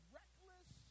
reckless